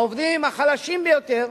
העובדים החלשים ביותר,